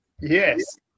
Yes